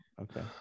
Okay